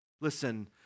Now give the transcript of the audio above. Listen